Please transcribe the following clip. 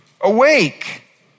Awake